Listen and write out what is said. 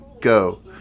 Go